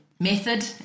Method